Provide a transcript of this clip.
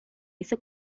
hizo